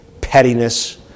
pettiness